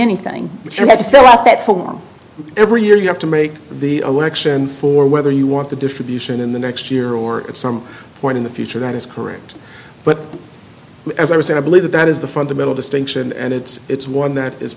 anything but you have to fill up that form every year you have to make the election for whether you want the distribution in the next year or at some point in the future that is correct but as i was and i believe that that is the fundamental distinction and it's one that is